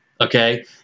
okay